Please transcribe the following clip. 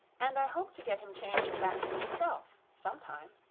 and i hope to get him changed back to himself, some time.